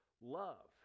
love